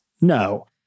No